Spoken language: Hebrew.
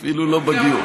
אפילו לא בגיור.